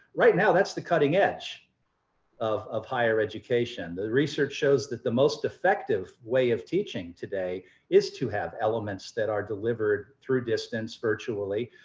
right now that's the cutting edge of of higher education. the research shows that the most effective way of teaching today is to have elements that are delivered through this virtually.